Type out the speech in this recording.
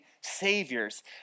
saviors